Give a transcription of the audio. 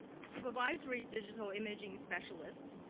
supervisory digital imaging specialist.